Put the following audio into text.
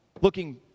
Looking